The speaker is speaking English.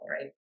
right